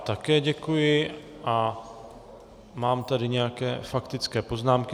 Také děkuji a mám tady nějaké faktické poznámky.